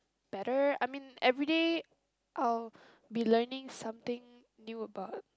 better I mean everyday I'll be learning something new about